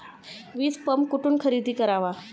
वीजपंप कुठून खरेदी करावा?